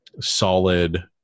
solid